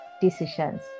decisions